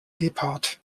gebhardt